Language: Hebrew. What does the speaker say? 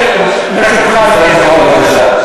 אדוני היושב-ראש,